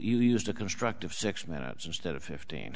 you used a constructive six minutes instead of fifteen